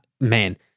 man